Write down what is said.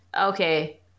Okay